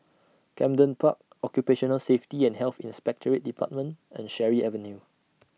Camden Park Occupational Safety and Health Inspectorate department and Cherry Avenue